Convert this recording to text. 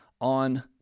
on